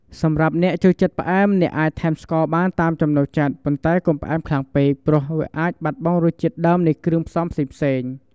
សម្រាប់អ្នកចូលចិត្តផ្អែម អ្នកអាចថែមស្ករសបានតាមចំណូលចិត្ត ប៉ុន្តែកុំផ្អែមខ្លាំងពេក ព្រោះអាចបាត់បង់រសជាតិដើមនៃគ្រឿងផ្សំផ្សេងៗ។